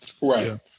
Right